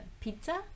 pizza